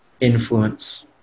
influence